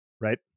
right